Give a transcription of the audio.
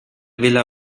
villa